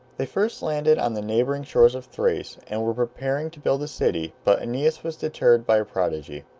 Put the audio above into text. they first landed on the neighboring shores of thrace, and were preparing to build a city, but aeneas was deterred by a prodigy.